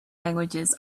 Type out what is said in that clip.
languages